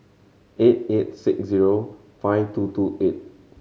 eight eight six zero five two two eight